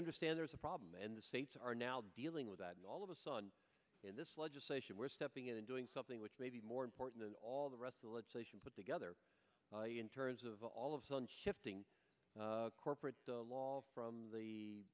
understand there's a problem and the states are now dealing with that all of us on in this legislation were stepping in and doing something which may be more important than all the rest the legislation put together in terms of all of us on shifting corporate law from the